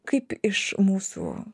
kaip iš mūsų